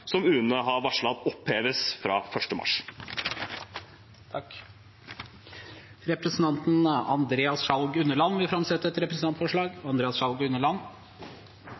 som UNE har varslet oppheves fra 1. mars. Representanten Andreas Sjalg Unneland vil framsette et representantforslag.